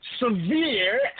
Severe